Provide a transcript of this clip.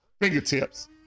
Fingertips